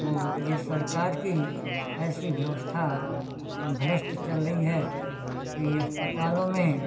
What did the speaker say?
तो यह सरकार की ऐसी व्यवस्था भ्रष्ट चल रही है कि अस्पतालो में